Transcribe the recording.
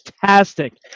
Fantastic